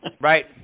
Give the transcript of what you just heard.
Right